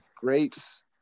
grapes